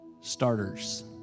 starters